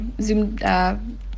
Zoom